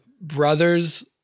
brothers